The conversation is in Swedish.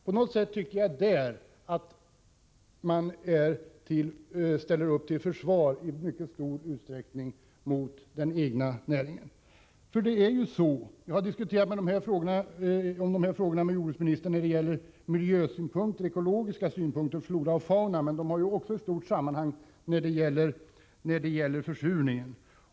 På något sätt tycker jag att man där i mycket stor utsträckning ställer upp till försvar för den egna näringen. Jag har tidigare med jordbruksministern diskuterat miljösynpunkter, ekologiska synpunkter i sammanhanget, frågor som gäller flora och fauna. Men detta har också ett starkt samband med försurningen.